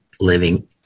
Living